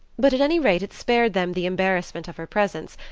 but at any rate it spared them the embarrassment of her presence,